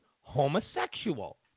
homosexual